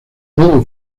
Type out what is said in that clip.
todo